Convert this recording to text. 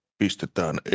pistetään